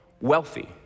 wealthy